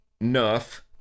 enough